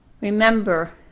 remember